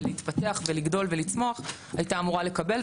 ולהתפתח ולגדול ולצמוח הייתה אמורה לקבל,